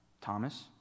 Thomas